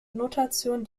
notation